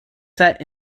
set